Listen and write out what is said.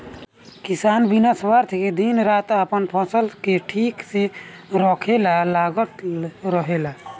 किसान बिना स्वार्थ के दिन रात आपन फसल के ठीक से रखे ला लागल रहेला